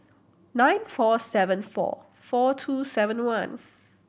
nine four seven four four two seven one